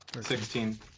Sixteen